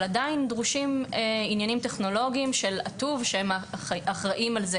אבל עדיין דרושים עניינים טכנולוגיים של --- שהם האחראים על זה